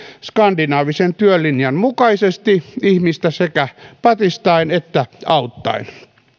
skandinaavisen työlinjan mukaisesti ihmistä sekä patistaen että auttaen